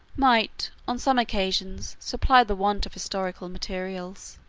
might, on some occasions, supply the want of historical materials.